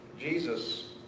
Jesus